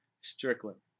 Strickland